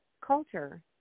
culture